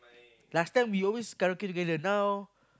last time we always karaoke together now